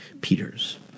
Peters